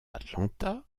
atlanta